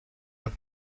but